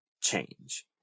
Change